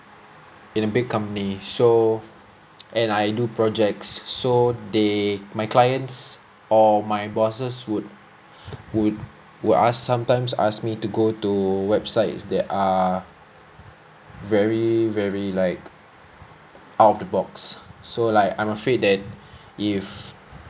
in a big company so and I do projects so they my clients or my bosses would would would ask sometimes ask me to go to website that are very very like out of the box so like I'm afraid that if